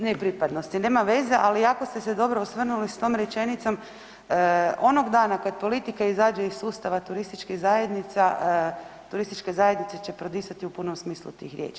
ne pripadnosti, nema veze, ali jako ste se dobro osvrnuli s tom rečenicom „onog dana kad politika izađe iz sustava turističkih zajednica, turističke zajednice će prodisati u punom smislu tih riječi“